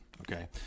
Okay